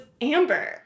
Amber